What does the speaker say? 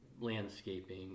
landscaping